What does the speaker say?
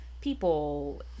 people